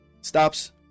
Stops